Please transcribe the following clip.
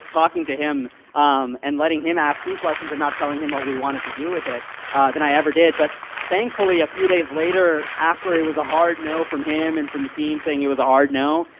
talking to him um and letting him ask me questions and not telling him what we wanted to do with it than i ever did. but thankfully, a few days later after it was a hard no from him and from the team saying it was a hard no,